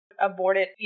aborted